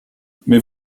mais